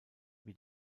wie